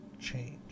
change